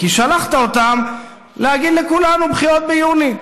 כי שלחת אותם להגיד לכולנו: בחירות ביוני.